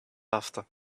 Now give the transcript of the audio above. after